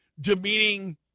demeaning